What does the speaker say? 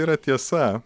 yra tiesa